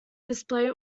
display